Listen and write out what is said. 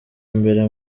mbere